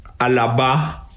Alaba